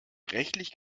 rechtlich